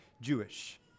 Jewish